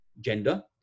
gender